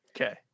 okay